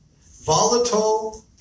volatile